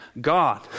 God